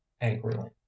angrily